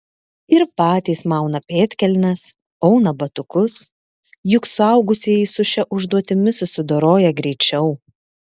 ir patys mauna pėdkelnes auna batukus juk suaugusieji su šia užduotimi susidoroja greičiau